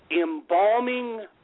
embalming